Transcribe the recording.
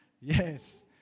Yes